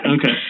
Okay